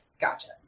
Gotcha